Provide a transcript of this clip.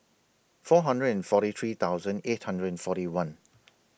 four hundred and forty three thousand eight hundred and forty one